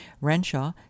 Renshaw